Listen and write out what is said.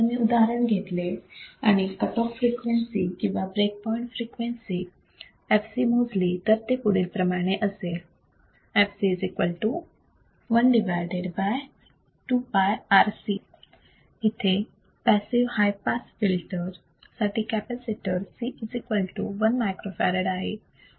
जर मी उदाहरण घेतले आणि कट ऑफ फ्रिक्वेन्सी किंवा ब्रेक पॉइंट फ्रिक्वेन्सी fc मोजली तर ते पुढील प्रमाणे असेल fc 1 2 πRC इथे पॅसिव्ह हाय पास फिल्टर साठी कॅपॅसिटर C 1 µF आहे